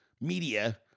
media